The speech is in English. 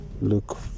look